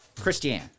Christiane